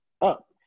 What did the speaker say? up